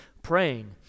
praying